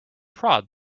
prod